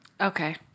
Okay